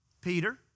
Peter